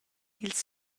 dils